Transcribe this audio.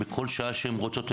בכל שעה שהן רוצות.